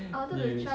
you